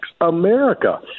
America